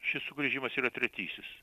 šis sugrįžimas yra tretysis